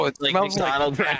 McDonald's